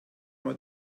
mal